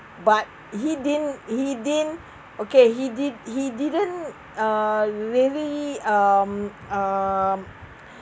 but he didn't he didn't okay he did he didn't uh really um